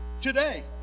today